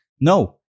no